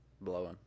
blowing